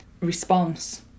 response